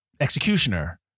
executioner